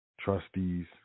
trustees